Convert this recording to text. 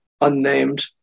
unnamed